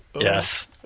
Yes